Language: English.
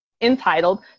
entitled